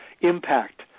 impact